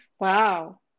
Wow